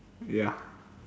ya